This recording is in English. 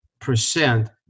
percent